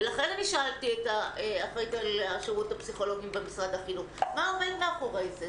לכן שאלתי את מנהלת השירות הפסיכולוגית במשרד החינוך מה עומד מאחורי זה.